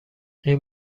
این